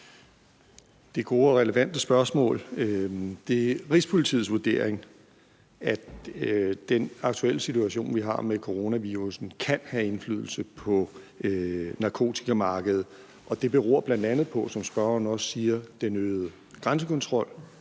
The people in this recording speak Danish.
er gode og relevante spørgsmål. Det er Rigspolitiets vurdering, at den aktuelle situation, vi har med coronavirussen, kan have indflydelse på narkotikamarkedet. Det beror bl.a. på, som spørgeren også er inde på, den øgede grænsekontrol,